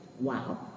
Wow